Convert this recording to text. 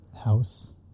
house